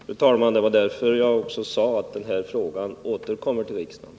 Fru talman! Det var därför jag också sade att den här frågan återkommer till riksdagen.